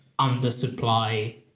undersupply